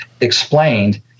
explained